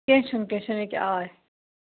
کیٚنٛہہ چھُنہٕ کیٚنٛہہ چھُنہٕ یہِ کہِ آے